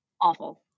awful